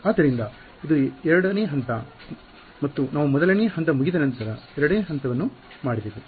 ಆದ್ದರಿಂದ ಇದು 2 ಹಂತಸ್ಟೆಪ್ 2 ಮತ್ತು ನಾವು ಮೊದಲನೆ ಹಂತ ಮುಗಿದ ನಂತರ ಎರಡನೇ ಹಂತವ ನ್ನು ಮಾಡಿದೆವು